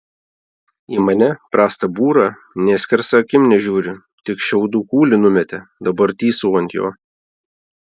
į mane prastą būrą nė skersa akim nežiūri tik šiaudų kūlį numetė dabar tysau ant jo